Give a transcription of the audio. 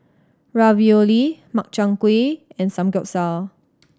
Ravioli Makchang Gui and Samgeyopsal